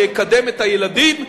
שיקדם את הילדים,